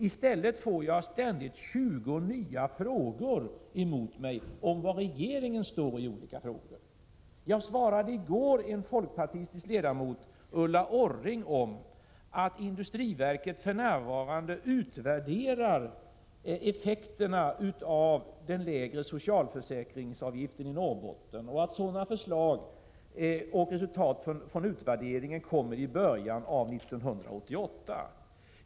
I stället får jag ständigt 20 nya frågor mot mig om var regeringen står i olika frågor. Jag besvarade i går en fråga från den folkpartistiska riksdagsledamoten Ulla Orring. Jag sade då att industriverket för närvarande utvärderar effekterna av den lägre socialförsäkringsavgiften i Norrbotten och att förslag och resultat från utvärderingen kommer i början av 1988.